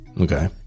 Okay